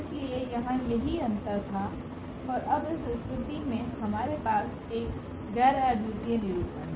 इसलिए यहां यही अंतर था और अब इस स्थिति में हमारे पास एक गैर अद्वितीय निरूपण है